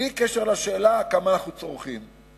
בלי קשר לשאלה כמה אנחנו צורכים.